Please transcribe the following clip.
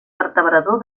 vertebrador